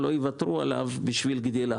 לא יוותרו עליו בשביל גדילה.